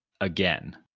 again